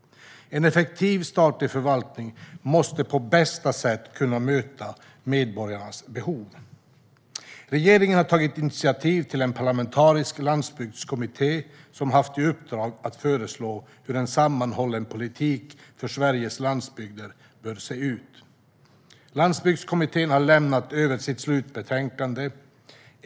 En effektiv statlig förvaltning måste på bästa sätt kunna möta medborgarnas behov. Regeringen har tagit initiativ till en parlamentarisk landsbygdskommitté som haft i uppdrag att föreslå hur en sammanhållen politik för Sveriges landsbygder bör se ut. Landsbygdskommittén har lämnat över sitt slutbetänkande.